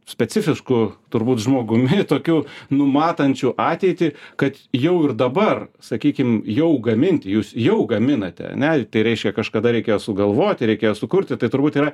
specifišku turbūt žmogumi tokiu numatančiu ateitį kad jau ir dabar sakykim jau gaminti jūs jau gaminate ane tai reiškia kažkada reikėjo sugalvoti reikėjo sukurti tai turbūt yra